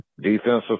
defensive